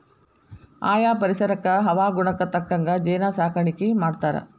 ಆಯಾ ಪರಿಸರಕ್ಕ ಹವಾಗುಣಕ್ಕ ತಕ್ಕಂಗ ಜೇನ ಸಾಕಾಣಿಕಿ ಮಾಡ್ತಾರ